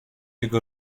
jego